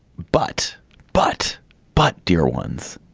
but but but dear ones,